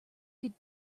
could